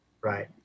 right